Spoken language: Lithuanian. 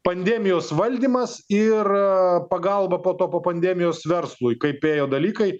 pandemijos valdymas ir pagalba po to po pandemijos verslui kaip ėjo dalykai